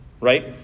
right